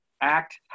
act